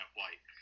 white